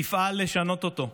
תפעל לשנות אותו.